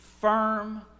firm